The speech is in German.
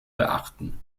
beachten